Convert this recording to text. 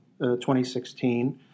2016